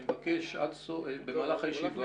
אני מבקש הבהרה במהלך הישיבה.